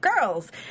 girls